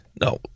No